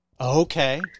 Okay